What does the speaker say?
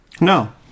No